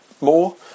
more